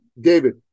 David